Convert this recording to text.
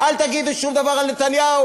אל תגידו שום דבר על נתניהו,